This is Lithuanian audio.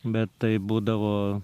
bet tai būdavo